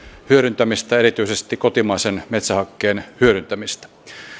hyödyntämistä erityisesti kotimaisen metsähakkeen hyödyntämistä